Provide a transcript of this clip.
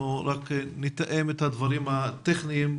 אנחנו רק נתאם את הדברים הטכניים.